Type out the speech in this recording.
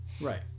Right